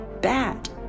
bad